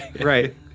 Right